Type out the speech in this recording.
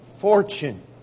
fortune